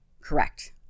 Correct